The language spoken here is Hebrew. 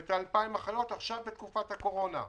ואת 2,000 האחיות עכשיו בתקופת הקורונה.